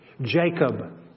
Jacob